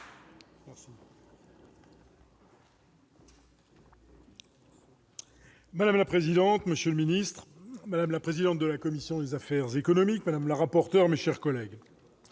Madame la présidente, monsieur le ministre, madame la présidente de la commission des affaires économiques, madame la rapporteure, mes chers collègues,